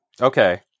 okay